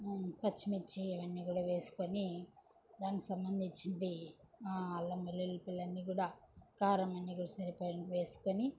పచ్చిమిర్చి ఇవన్నీ కూడా వేసుకొని దానికి సంబంధించినవి అల్లం వెల్లుల్లిపేలన్నీ కూడా కారం అన్నీ కూడా సరిపడా వేసుకొని